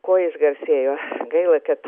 kuo išgarsėjo gaila kad